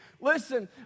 Listen